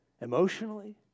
emotionally